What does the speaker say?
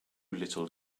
little